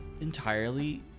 entirely